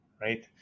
right